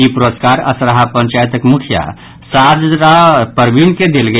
ई पुरस्कार असराहा पंचायतक मुखिया साजरा परवीण के देल गेल